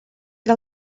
del